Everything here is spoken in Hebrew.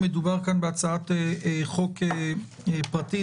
מדובר כאן בהצעת חוק פרטית,